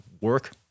work